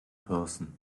person